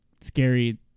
scary